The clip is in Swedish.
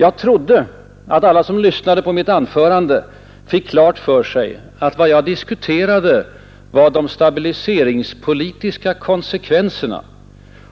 Jag trodde att alla som lyssnade till mitt anförande fick klart för sig att vad jag diskuterade var de stabiliseringspolitiska konsekvenserna